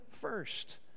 first